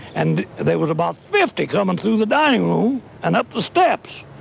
and there was about fifty coming through the dining room and up the steps.